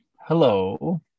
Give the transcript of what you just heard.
Hello